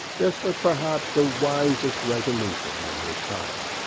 this was perhaps the wisest resolution in his power.